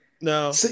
no